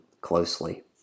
closely